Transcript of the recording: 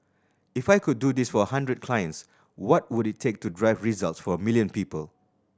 if I could do this for a hundred clients what would it take to drive results for a million people